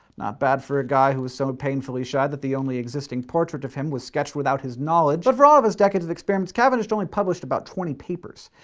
not bad for a guy who was so painfully shy that the only existing portrait of him was sketched without his knowledge. but for ah all his decades of experiments, cavendish only published about twenty papers.